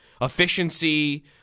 efficiency